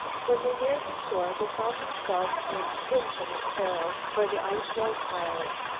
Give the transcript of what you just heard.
when they neared the shore, they found themselves in infinite peril, for the ice was piling.